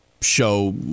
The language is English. show